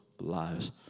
lives